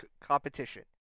competition